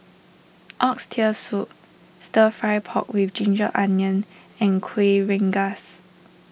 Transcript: Oxtail Soup Stir Fry Pork with Ginger Onions and Kueh Rengas